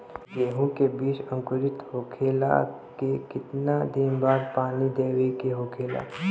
गेहूँ के बिज अंकुरित होखेला के कितना दिन बाद पानी देवे के होखेला?